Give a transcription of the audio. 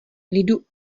lidu